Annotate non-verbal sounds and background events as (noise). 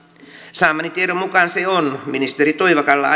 saamani tiedon mukaan se on ministeri toivakalla (unintelligible)